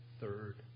third